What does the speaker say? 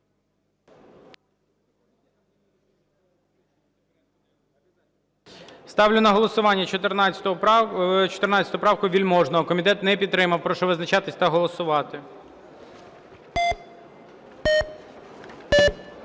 Ставлю на голосування 14 правку Вельможного. Комітет не підтримав. Прошу визначатись та голосувати.